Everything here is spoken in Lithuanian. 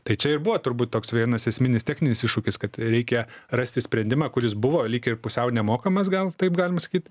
tai čia ir buvo turbūt toks vienas esminis techninis iššūkis kad reikia rasti sprendimą kuris buvo lyg ir pusiau nemokamas gal taip galima sakyt